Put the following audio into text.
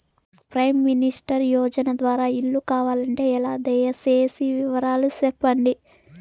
Prime minister యోజన ద్వారా ఇల్లు కావాలంటే ఎలా? దయ సేసి వివరాలు సెప్పండి?